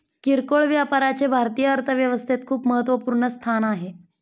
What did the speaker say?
किरकोळ व्यापाराचे भारतीय अर्थव्यवस्थेत खूप महत्वपूर्ण स्थान आहे